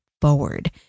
forward